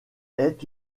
est